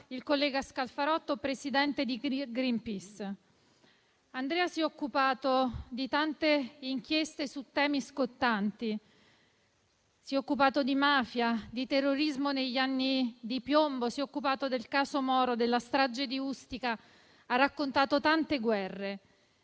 il collega Scalfarotto - presidente di Greenpeace. Andrea si è occupato di tante inchieste su temi scottanti. Si è occupato di mafia, di terrorismo negli anni di piombo, si è occupato del caso Moro, della strage di Ustica. Ha raccontato tante guerre